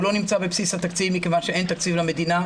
הוא אינו נמצא בבסיס התקציב מכיוון שאין תקציב למדינה.